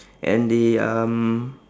and the um